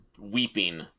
weeping